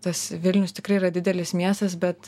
tas vilnius tikrai yra didelis miestas bet